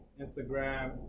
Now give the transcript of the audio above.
Instagram